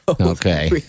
Okay